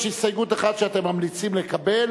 יש הסתייגות אחת שאתם ממליצים לקבל